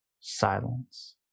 Silence